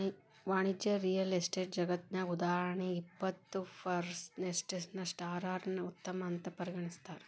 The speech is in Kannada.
ವಾಣಿಜ್ಯ ರಿಯಲ್ ಎಸ್ಟೇಟ್ ಜಗತ್ನ್ಯಗ, ಉದಾಹರಣಿಗೆ, ಇಪ್ಪತ್ತು ಪರ್ಸೆನ್ಟಿನಷ್ಟು ಅರ್.ಅರ್ ನ್ನ ಉತ್ತಮ ಅಂತ್ ಪರಿಗಣಿಸ್ತಾರ